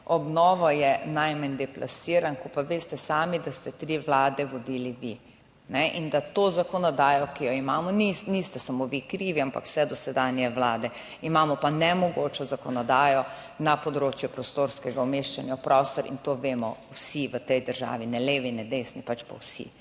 obnovo je najmanj deplasiran, ko pa veste sami, da ste tri vlade vodili vi ne in da to zakonodajo, ki jo imamo niste samo vi krivi, ampak vse dosedanje vlade. Imamo pa nemogočo zakonodajo na področju prostorskega umeščanja v prostor in to vemo vsi v tej državi, ne levi, ne desni, pač pa vsi.